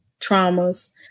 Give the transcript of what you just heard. traumas